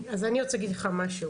אז אני רוצה להגיד לך משהו.